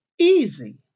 easy